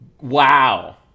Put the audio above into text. Wow